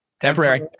Temporary